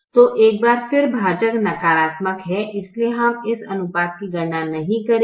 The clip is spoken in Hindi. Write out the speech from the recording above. तो एक बार फिर भाजक नकारात्मक है इसलिए हम इस अनुपात की गणना नहीं करेंगे